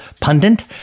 pundit